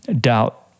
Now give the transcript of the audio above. doubt